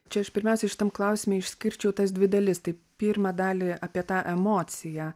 čia aš pirmiausiai šitam klausime išskirčiau tas dvi dalis tai pirmą dalį apie tą emociją